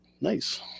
Nice